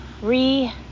re-